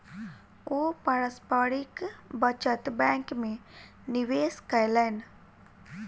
ओ पारस्परिक बचत बैंक में निवेश कयलैन